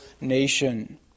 nation